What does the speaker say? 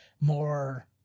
more